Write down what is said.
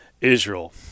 Israel